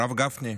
הרב גפני,